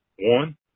One